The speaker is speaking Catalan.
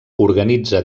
organitza